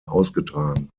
ausgetragen